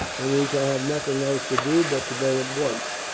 and we shall have nothing else to do but to go at once.